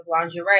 lingerie